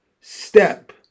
step